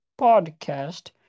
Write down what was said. podcast